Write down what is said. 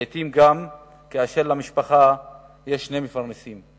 לעתים גם כאשר למשפחה יש שני מפרנסים,